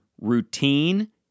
routine